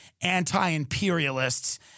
anti-imperialists